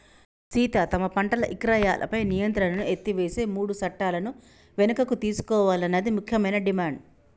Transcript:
సీత తమ పంటల ఇక్రయాలపై నియంత్రణను ఎత్తివేసే మూడు సట్టాలను వెనుకకు తీసుకోవాలన్నది ముఖ్యమైన డిమాండ్